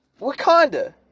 Wakanda